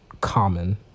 common